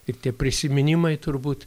ir tie prisiminimai turbūt